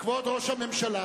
כבוד ראש הממשלה,